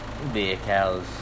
vehicles